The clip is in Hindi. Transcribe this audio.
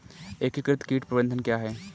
एकीकृत कीट प्रबंधन क्या है?